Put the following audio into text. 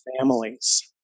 families